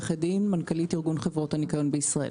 מנכ"לית ארגון חברות הניקיון בישראל.